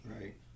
right